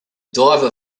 diver